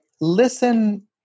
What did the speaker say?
listen